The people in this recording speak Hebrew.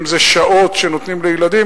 אם זה שעות שנותנים לילדים.